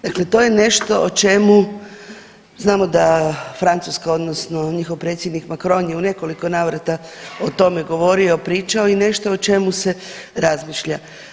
Dakle, to je nešto o čemu, znamo da Francuska odnosno njihov predsjednik Macron je u nekoliko navrata o tome govorio, pričao i nešto o čemu se razmišlja.